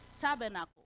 tabernacle